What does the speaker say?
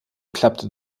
klappte